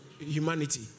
humanity